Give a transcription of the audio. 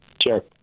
Sure